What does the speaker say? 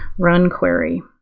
run query.